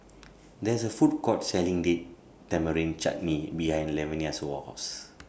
There IS A Food Court Selling Date Tamarind Chutney behind Lavenia's House